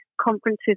conferences